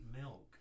milk